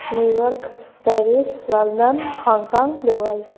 New York Paris London Hong Kong Dubai